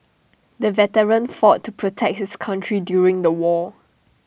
the veteran fought to protect his country during the war